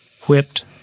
whipped